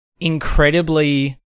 incredibly